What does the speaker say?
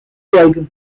yaygın